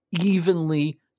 evenly